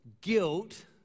guilt